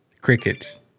Crickets